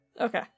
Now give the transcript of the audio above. Okay